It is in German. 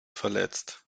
verletzt